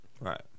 right